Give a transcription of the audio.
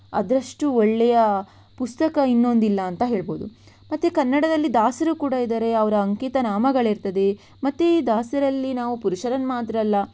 ಅದರಷ್ಟು ಒಳ್ಳೆಯ ಪುಸ್ತಕ ಇನ್ನೊಂದಿಲ್ಲ ಅಂತ ಹೇಳಬಹುದು ಮತ್ತು ಕನ್ನಡದಲ್ಲಿ ದಾಸರು ಕೂಡ ಇದ್ದಾರೆ ಅವರ ಅಂಕಿತನಾಮಗಳು ಇರ್ತದೆ ಮತ್ತು ಈ ದಾಸರಲ್ಲಿ ನಾವು ಪುರುಷರನ್ನು ಮಾತ್ರ ಅಲ್ಲ